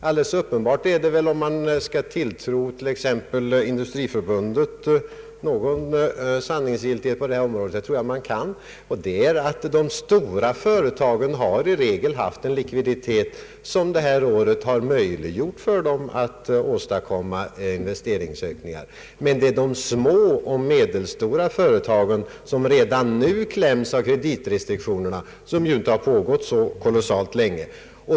Alldeles uppenbart är visserligen — om man skall till tro Industriförbundet någon vittnesgillhet på detta område, och det tror jag att man kan — att de stora företagen i regel har haft en likviditet som möjliggjort för dem att i år åstadkomma investeringsökningar, men de små och medelstora företagen kläms redan nu av kreditrestriktionerna, som inte har pågått så kolossalt länge.